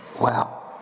Wow